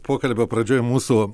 pokalbio pradžioj mūsų